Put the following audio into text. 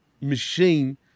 machine